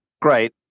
Great